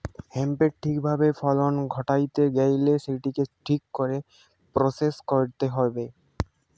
হেম্পের ঠিক ভাবে ফলন ঘটাইতে গেইলে সেটিকে ঠিক করে প্রসেস কইরতে হবে